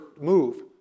move